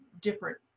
different